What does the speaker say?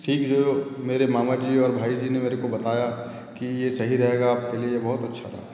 सीख जो मेरे मामा की जो और भाई जी ने मेरे को बताया कि ये सही रहेगा आपके लिए ये बहुत अच्छा रहा